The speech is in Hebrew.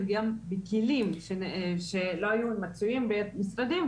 גם בגלל כלים שלא היו מצויים במשרדים,